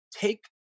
take